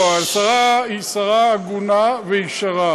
תראו, השרה היא שרה הגונה וישרה.